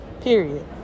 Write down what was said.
period